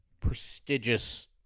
prestigious